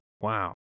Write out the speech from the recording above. Wow